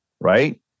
right